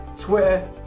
Twitter